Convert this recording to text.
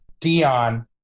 Dion